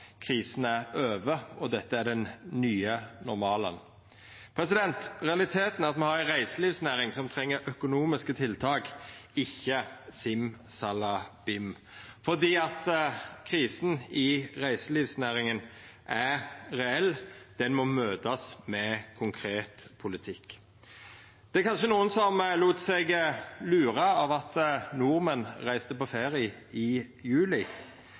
er over, og dette er den nye normalen. Realiteten er at me har ei reiselivsnæring som treng økonomiske tiltak, ikkje simsalabim. For krisa i reiselivsnæringa er reell. Ho må møtast med konkret politikk. Det er kanskje nokre som lét seg lura av at nordmenn reiste på ferie i juli.